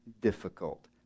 difficult